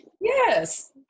yes